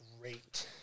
Great